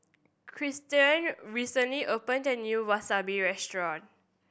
Kristen recently opened a new Wasabi Restaurant